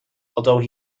although